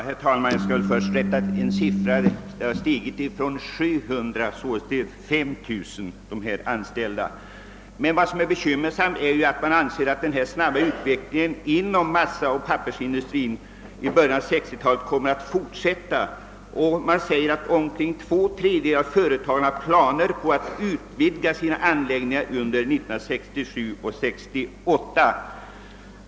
Herr talman! Det bekymmersamma är ju att den snabba utvecklingen av utlandsinvesteringarna inom <:massaoch pappersindustrin sedan början av 1960-talet uppges komma att fortsätta. Det har sagts att omkring två tredjedelar av företagen uppgivit att de hade planer på att utvidga sina anläggningar under 1967 och 1968.